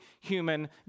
human